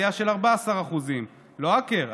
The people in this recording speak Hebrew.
עלייה של 14%; לואקר,